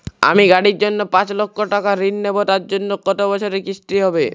আমি গাড়ির জন্য পাঁচ লক্ষ টাকা ঋণ নেবো তার জন্য কতো বছরের কিস্তি হবে?